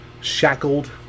shackled